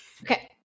Okay